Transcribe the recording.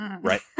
Right